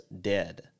dead